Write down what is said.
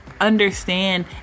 understand